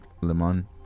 lemon